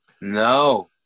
No